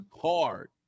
Hard